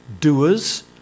Doers